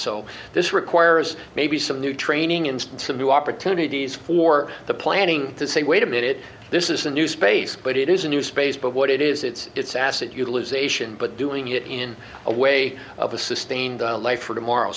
so this requires maybe some new training and some new opportunities for the planning to say wait a minute this is a new space but it is a new space but what it is it's it's asset utilization but doing it in a way of a sustained life for tomorrow